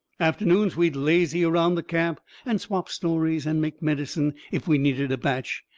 afternoons we'd lazy around the camp and swap stories and make medicine if we needed a batch,